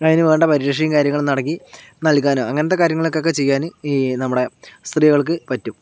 അതിന് വേണ്ട പരിരക്ഷയും കാര്യങ്ങളും നടത്തി നല്കാനോ അങ്ങനത്തെ കാര്യങ്ങളൊക്കെ ചെയ്യാന് ഈ നമ്മുടെ സ്ത്രീകൾക്ക് പറ്റും